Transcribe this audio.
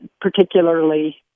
particularly